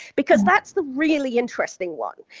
because that's the really interesting one.